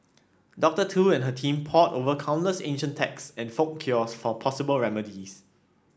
Doctor Tu and her team pored over countless ancient texts and folk cures for possible remedies